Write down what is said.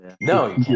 No